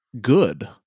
good